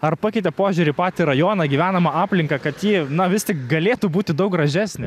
ar pakeitė požiūrį į patį rajoną gyvenamą aplinką kad ji na vis tik galėtų būti daug gražesnė